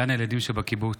גן הילדים של הקיבוץ.